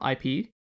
IP